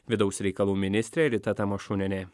vidaus reikalų ministrė rita tamašunienė